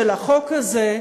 של החוק הזה,